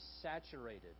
saturated